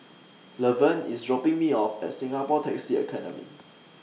Lavern IS dropping Me off At Singapore Taxi Academy